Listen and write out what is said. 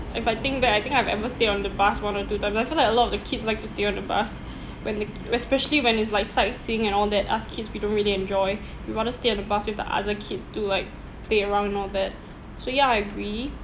if I think back I think I've ever stay on the bus one or two time like I feel like a lot of the kids like to stay on the bus when they especially when is like sightseeing and all that as kids we don't really enjoy we want to stay at the bus with the other kids to like play around and all that so ya I agree